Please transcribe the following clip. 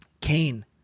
Cain